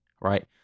right